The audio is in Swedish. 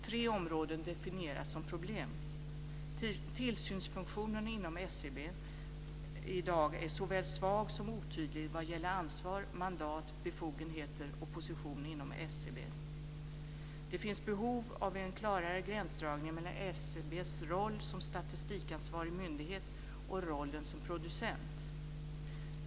Tre områden definieras som problem. · Tillsynsfunktionen inom SCB är i dag såväl svag som otydlig vad gäller ansvar, mandat, befogenheter och position inom SCB. · Det finns behov av en klarare gränsdragning mellan SCB:s roll som statistikansvarig myndighet och rollen som producent.